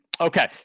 Okay